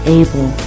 able